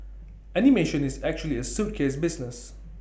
animation is actually A suitcase business